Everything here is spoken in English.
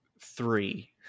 three